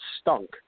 stunk